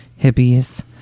hippies